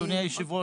אדוני היושב-ראש,